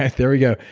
ah there we go.